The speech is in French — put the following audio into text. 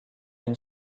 une